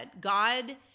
god